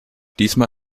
diesmal